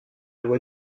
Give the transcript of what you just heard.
loi